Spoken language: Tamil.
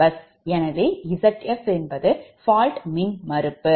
எனவே 𝑍𝑓 என்பது fault மின்மறுப்பு